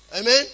Amen